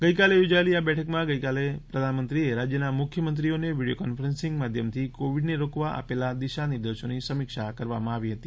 ગઈકાલે યોજાયેલી આ બેઠકમાં ગઈકાલે પ્રધાનમંત્રીએ રાજ્યોના મુખ્યમંત્રીઓને વીડિયો કોન્ફરન્સિંગ માધ્યમથી કોવિડને રોકવા આપેલા દિશાનિર્દેશોની સમીક્ષા કરવામાં આવી હતી